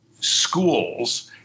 schools